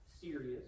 serious